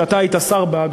שאתה היית שר בה,